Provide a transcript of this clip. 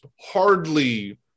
hardly